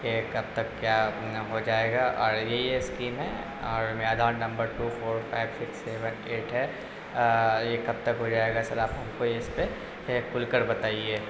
کہ کب تک کیا ہو جائے گا اور یہ یہ اسکیم ہے اور میرا Aadhaar number two four five six seven eight ہے یہ کب تک ہو جائے گا سر آپ ہم کو اس پہ کھل کر بتائیے